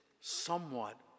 somewhat